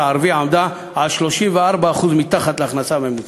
הערבי הייתה 34% מתחת להכנסה הממוצעת.